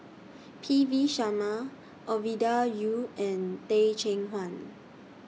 P V Sharma Ovidia Yu and Teh Cheang Wan